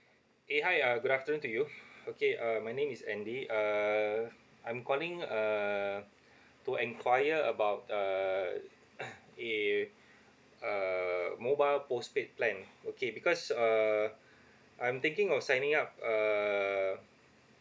eh hi uh good afternoon to you okay um my name is andy uh I'm calling uh to enquire about uh eh uh mobile postpaid plan okay because uh I'm thinking of signing up uh